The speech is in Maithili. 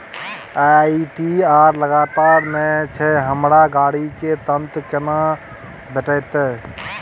आई.टी.आर लगातार नय छै हमरा गाड़ी के ऋण केना भेटतै?